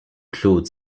claude